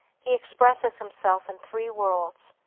he expresses himself in three worlds.